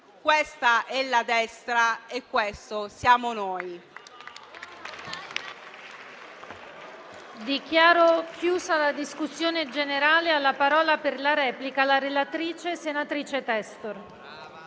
Questa è la destra e questo siamo noi.